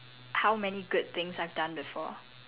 how many good things I've done before